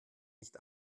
nicht